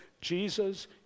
Jesus